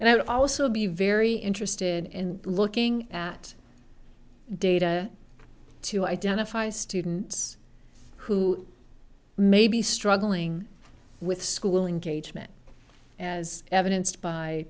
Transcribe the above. and i would also be very interested in looking at data to identify students who may be struggling with schooling gauge meant as evidenced by